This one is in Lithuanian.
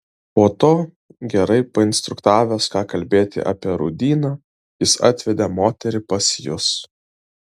po to gerai painstruktavęs ką kalbėti apie rūdyną jis atvedė moterį pas jus